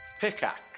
Pickaxe